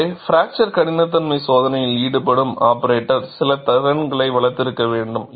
எனவே பிராக்சர் கடினத்தன்மை சோதனையில் ஈடுபடும் ஆபரேட்டர் சில திறன்களை வளர்த்திருக்க வேண்டும்